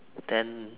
then